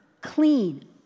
clean